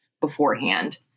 beforehand